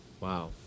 Wow